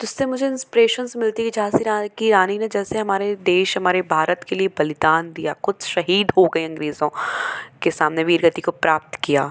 जिससे मुझे इंस्पिरेशंस मिलती हैं कि झांसी की रानी ने जैसे हमारे देश हमारे भारत के लिए बलिदान दिया ख़ुद शहीद हो गए अंग्रेज़ों के सामने वीरगति को प्राप्त किया